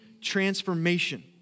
transformation